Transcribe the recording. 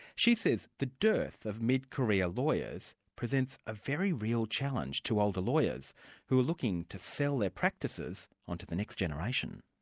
she says the dearth of mid-career lawyers presents a very real challenge to older lawyers who are looking to sell their practices on to the next generation.